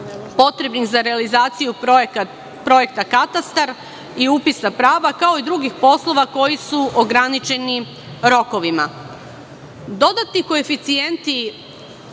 potrebnih za realizaciju projekta katastar i upisa prava, kao i drugih poslova koji su ograničeni rokovima. Dodate koeficijente